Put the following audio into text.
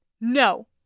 No